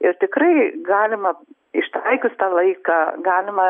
ir tikrai galima ištaikius tą laiką galima